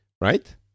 Right